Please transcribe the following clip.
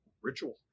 ritual